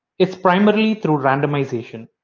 it's primarily through randomization.